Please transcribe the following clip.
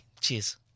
Cheers